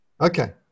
Okay